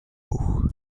peau